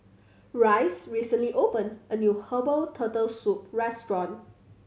Rhys recently opened a new herbal Turtle Soup restaurant